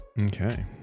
Okay